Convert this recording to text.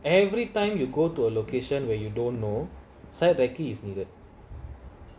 every time you go to a location where you don't know site recce is needed